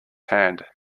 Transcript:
hand